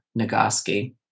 Nagoski